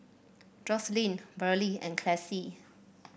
Joselyn Burley and Classie